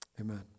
amen